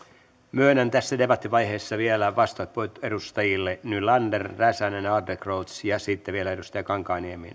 myönnän tässä debattivaiheessa vielä vastauspuheenvuorot edustajille nylander räsänen adlercreutz ja sitten vielä edustaja kankaanniemi